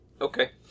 Okay